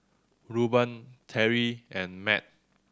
Rueben Teri and Mat